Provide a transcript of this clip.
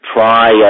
Try